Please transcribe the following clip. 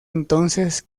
entonces